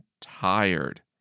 tired